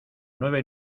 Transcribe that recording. nueve